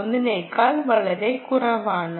3 നേക്കാൾ വളരെ കുറവാണ്